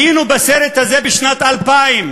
היינו בסרט הזה בשנת 2000,